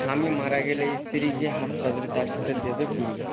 স্বামী মারা গেলে স্ত্রীকে হাত পা বেঁধে তার সাথে দেবে পুড়িয়ে